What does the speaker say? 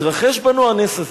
התרחש בנו הנס הזה.